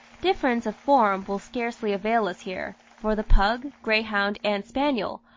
difference of form will scarcely avail us here, for the pug, greyhound, and spaniel,